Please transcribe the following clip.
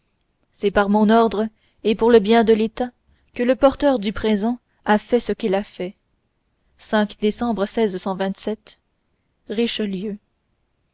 c'est par mon ordre et pour le bien de état que le porteur du présent a fait ce qu'il a fait